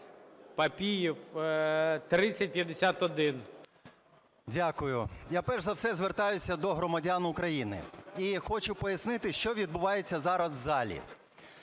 ПАПІЄВ М.М. Дякую. Я перш за все звертаюся до громадян України. І хочу пояснити, що відбувається зараз у залі.